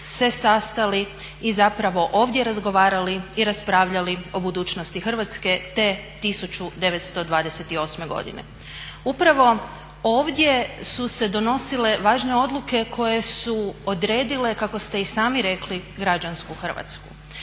se sastali i zapravo ovdje razgovarali i raspravljali o budućnosti Hrvatske te 1928.godine. Upravo ovdje su se donosile važne odluke koje su odredile kako ste i sami rekli građansku Hrvatsku.